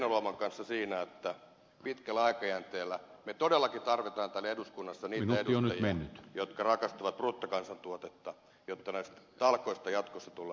heinäluoman kanssa siitä että pitkällä aikajänteellä me todellakin tarvitsemme täällä eduskunnassa niitä edustajia jotka rakastavat bruttokansantuotetta jotta näistä talkoista jatkossa tullaan